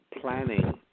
planning